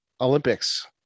olympics